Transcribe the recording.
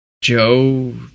Joe